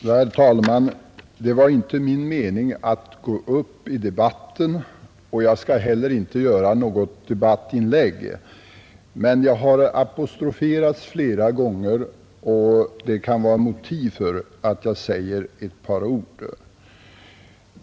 Herr talman! Det var inte min mening att gå upp i debatten, och jag skall heller inte göra något debattinlägg. Men jag har apostroferats flera gånger, och det kan vara motiv för att jag säger ett par ord.